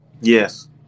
Yes